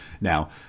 now